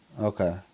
Okay